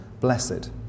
blessed